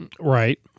Right